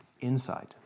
inside